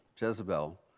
Jezebel